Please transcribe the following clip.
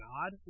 God